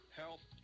health